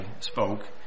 spoke